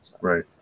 right